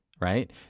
right